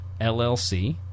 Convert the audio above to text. LLC